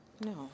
No